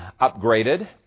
upgraded